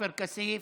עופר כסיף,